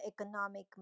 economic